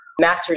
masters